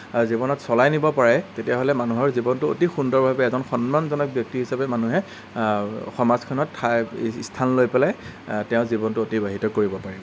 জীৱনত চলাই নিব পাৰে তেতিয়াহ'লে মানুহৰ জীৱনটো অতি সুন্দৰভাৱে এজন সন্মানজনক ব্যক্তি হিচাপে মানুহে সমাজখনত ঠাই স্থান লৈ পেলাই তেওঁৰ জীৱনটো অতিবাহিত কৰিব পাৰিব